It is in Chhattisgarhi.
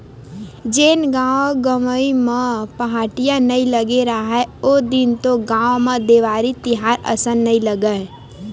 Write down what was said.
जेन गाँव गंवई म पहाटिया नइ लगे राहय ओ दिन तो गाँव म देवारी तिहार असन नइ लगय,